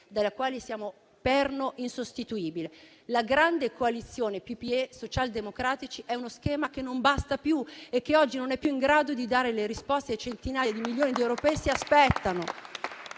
della quale siamo perno insostituibile. La grande coalizione PPE-socialdemocratici è uno schema che non basta più e che oggi non è più in grado di dare le risposte che centinaia di milioni di europei si aspettano.